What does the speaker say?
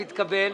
הסעיף התקבל.